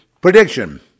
prediction